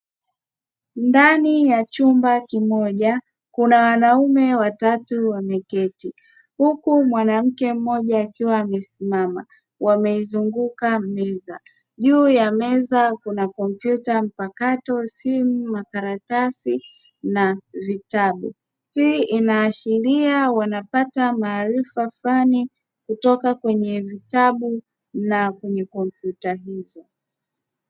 Ndani ya chumba kimoja kuna wanaume watatu wameketi huku mwanamke mmoja akiwa amesimama, wameizunguka meza; juu ya meza kuna: kompyuta mpakato, simu, makaratasi na vitabu. Hii inaashiria wanapata maarifa fulani kutoka kwenye vitabu na kwenye kompyuta hizo.